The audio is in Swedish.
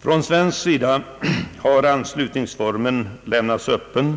Från svensk sida har anslutningsformen lämnats öppen